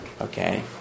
okay